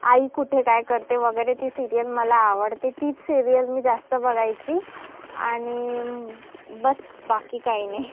आई कुठे काय करते वगैरे ती सिरियल मला आवडते तीच सिरियल मी जास्त बघायची आणि बस बाकी काही नाही